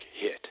hit